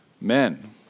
Men